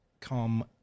come